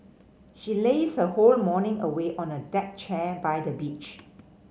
she lazed her whole morning away on a deck chair by the beach